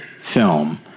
film